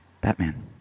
Batman